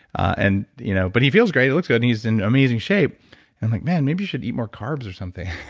and you know but he feels great. he looks good and he's in amazing and like man, maybe you should eat more carbs or something.